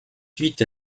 suite